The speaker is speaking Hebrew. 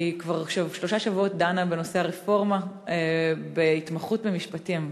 אני כבר שלושה שבועות דנה בנושא הרפורמה בהתמחות במשפטים,